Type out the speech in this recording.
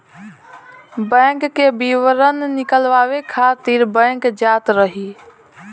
bank के विवरण निकालवावे खातिर बैंक जात रही